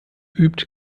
übt